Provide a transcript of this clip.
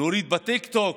להוריד בטיקטוק,